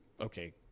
Okay